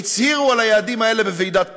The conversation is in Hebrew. והצהירו על היעדים האלה בוועידת פריז.